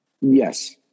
Yes